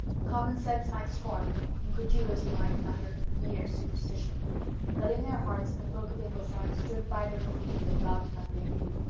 common sense might scorn incredulity might mutter mere superstition but in their hearts the folk of ingleside stood by their belief that dog monday knew.